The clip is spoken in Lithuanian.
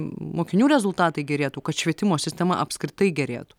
mokinių rezultatai gerėtų kad švietimo sistema apskritai gerėtų